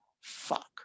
fuck